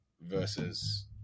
versus